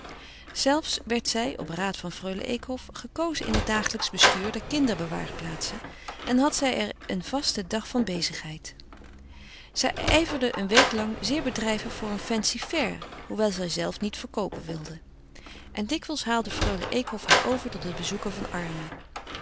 zelfs werd zij op raad van freule eekhof gekozen in het dagelijksch bestuur der kinderbewaarplaatsen en had zij er een vasten dag van bezigheid zij ijverde eene week lang voor een fancy-fair hoewel zijzelve niet verkoopen wilde en dikwijls haalde freule eekhof haar over tot het bezoeken van armen